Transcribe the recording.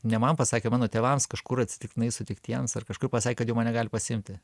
ne man pasakė mano tėvams kažkur atsitiktinai sutiktiems ar kažkur pasakė kad mane jau gali pasiimti